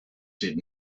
said